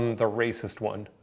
the racist one.